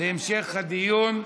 להמשך הדיון.